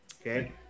Okay